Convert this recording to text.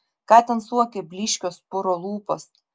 ką ten suokia blyškios puro lūpos